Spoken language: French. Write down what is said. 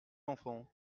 enfant